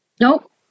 Nope